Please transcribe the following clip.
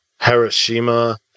Hiroshima